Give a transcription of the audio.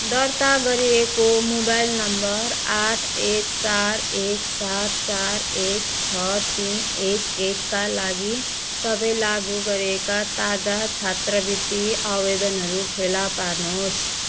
दर्ता गरिएको mobile number आठ एक चार एक सात चार एक छ तिन एक एकका लागि सबै लागु गरिएका ताजा छात्रवृत्ति आवेदनहरू फेला पार्नुहोस्